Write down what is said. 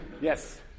Yes